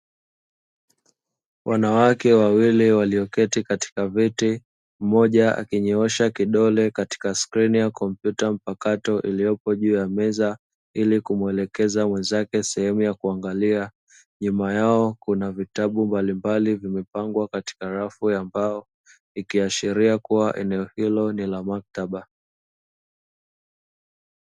Wanawake wawili waliyoketi katika viti mmoja akinyoosha kidole katika skrini ya kompyuta mpakato iliyopo juu ya meza ili kumuelekeza mwenzake sehemu ya kuangalia, nyuma yao kuna vitabu mbalimbali vimepangwa katika rafu ya mbao ikiashiria kuwa eneo hilo ni la maktaba.